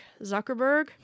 Zuckerberg